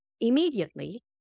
immediately